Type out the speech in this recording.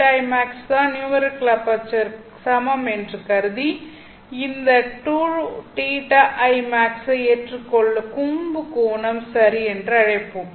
Θimax தான் numerical aperture க்கு சமம் என்று கருதி இந்த 2θimax ஐ ஏற்றுக்கொள்ளும் கூம்பு கோணம் சரி என்று அழைப்போம்